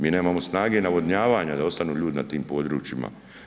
Mi nemamo snage navodnjavanja da ostanu ljudi na tim područjima.